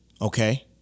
okay